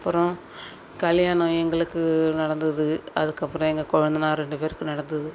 அப்புறம் கல்யாணம் எங்களுக்கு நடந்தது அதுக்கப்புறம் எங்கள் கொழுந்தனார் ரெண்டு பேருக்கும் நடந்தது